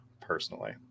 personally